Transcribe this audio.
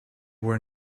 were